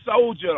soldier